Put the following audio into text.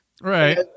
Right